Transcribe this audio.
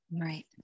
Right